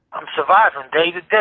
i'm surviving day to day,